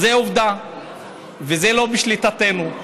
זאת עובדה וזה לא בשליטתנו.